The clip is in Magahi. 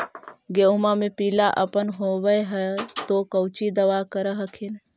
गोहुमा मे पिला अपन होबै ह तो कौची दबा कर हखिन?